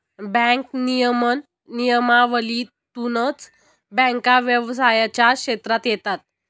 bank नियमन नियमावलीतूनच बँका व्यवसायाच्या क्षेत्रात येतात